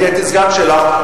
הייתי הסגן שלך,